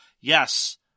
yes